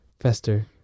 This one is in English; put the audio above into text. Fester